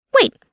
Wait